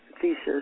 thesis